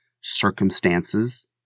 circumstances